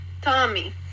Tommy